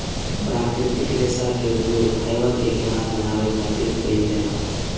प्राकृतिक रेशा के उपयोग फाइबर के गिलास बनावे खातिर कईल जाला